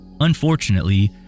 Unfortunately